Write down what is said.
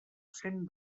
cent